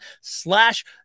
slash